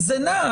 זה נע,